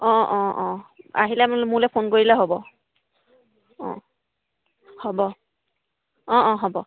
অঁ অঁ অঁ আহিলে মো মোলৈ ফোন কৰিলে হ'ব অঁ হ'ব অঁ অঁ হ'ব